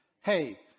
Hey